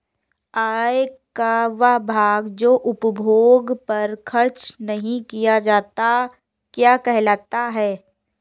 आय का वह भाग जो उपभोग पर खर्च नही किया जाता क्या कहलाता है?